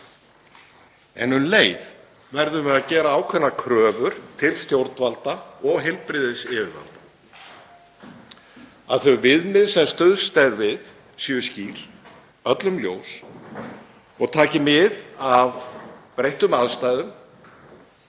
En um leið verðum við að gera ákveðnar kröfur til stjórnvalda og heilbrigðisyfirvalda, að þau viðmið sem stuðst er við séu skýr, öllum ljós og taki mið af breyttum aðstæðum